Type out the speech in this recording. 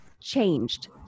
changed